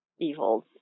evils